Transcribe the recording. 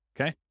okay